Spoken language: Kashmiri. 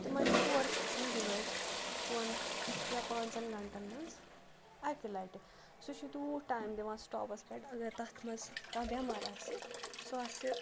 تِمَن چھِ تور کھَسان گٲڑۍ ژۄن یا پانٛژَن گھنٛٹَن منٛز اَکہِ لَٹہِ سُہ چھِ تیوٗت ٹایم دِوان سِٹاپَس پٮ۪ٹھ اگر تَتھ منٛز کانٛہہ بٮ۪مار آسہِ سُہ آسہِ